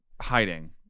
hiding